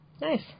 Nice